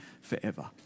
forever